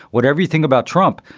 whatever you think about trump.